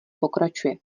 pokračuje